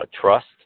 trust